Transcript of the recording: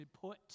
put